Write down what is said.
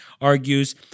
argues –